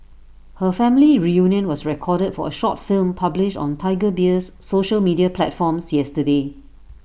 her family reunion was recorded for A short film published on Tiger Beer's social media platforms yesterday